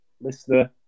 listener